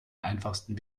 einfachsten